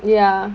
ya